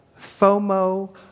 FOMO